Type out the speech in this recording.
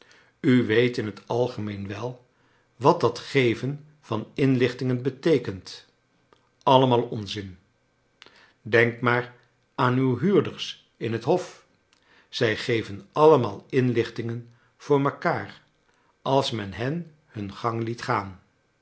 u weet in het algemeen wel wat dat geven van inlichtingen beteekent allemaal onzin denk maar aan uw huurders in het hofl zij geven allemaal inlichtingen voor mekaar als men hen hun gang liet gaan